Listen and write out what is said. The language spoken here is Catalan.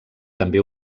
també